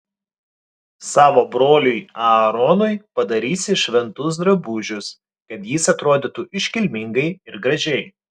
savo broliui aaronui padarysi šventus drabužius kad jis atrodytų iškilmingai ir gražiai